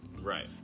Right